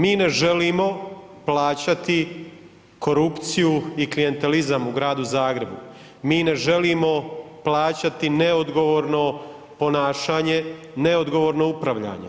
Mi ne želimo plaćati korupciju i klijentelizam u Gradu Zagrebu, mi ne želimo plaćati neodgovorno ponašanje, neodgovorno upravljanje.